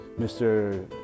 Mr